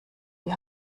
wie